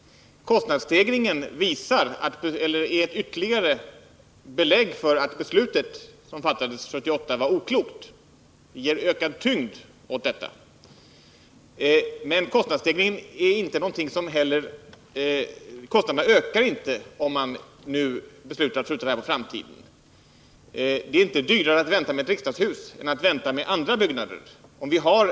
Kostnadsstegringen är däremot ytterligare ett belägg för att det beslut som fattades 1978 var oklokt. Kostnaderna ökar emellertid knappast ytterligare av att man nu beslutar skjuta detta byggnadsprojekt på framtiden. Det är inte dyrare att vänta med att bygga ett riksdagshus än att vänta med att bygga andra byggnader.